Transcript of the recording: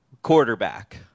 Quarterback